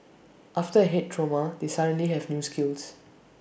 after A Head trauma they suddenly have new skills